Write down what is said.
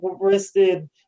wristed